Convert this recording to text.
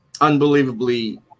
unbelievably